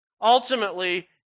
Ultimately